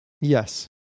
Yes